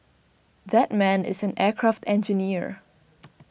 that man is an aircraft engineer